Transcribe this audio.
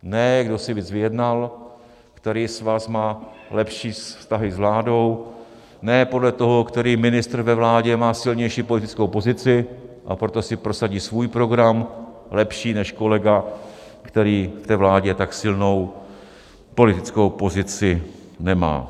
Ne kdo si víc vyjednal, který svaz má lepší vztahy s vládou, ne podle toho, který ministr ve vládě má silnější politickou pozici, a proto si prosadí svůj program, lepší než kolega, který v té vládě tak silnou politickou pozici nemá.